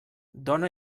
dona